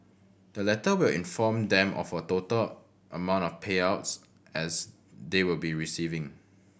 the letter will inform them of a total amount of payouts as they will be receiving